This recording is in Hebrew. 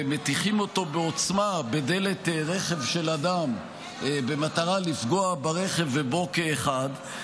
ומטיחים אותו בעוצמה בדלת רכב של אדם במטרה לפגוע ברכב ובו כאחד,